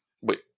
Wait